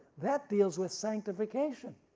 that deals with sanctification,